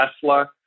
Tesla